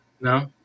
No